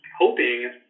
hoping